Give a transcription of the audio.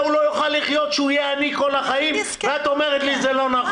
יהיה זכאי העובד שיחול האמור